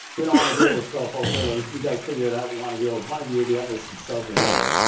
we don't wanna deal with twelve wholesalers. you guys figure it out. we wanna deal with one of you, the others should sell to the other.